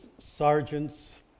sergeants